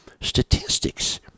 statistics